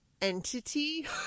entity